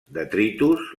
detritus